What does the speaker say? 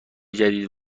جدید